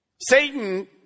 Satan